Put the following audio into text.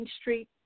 Street